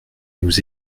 nous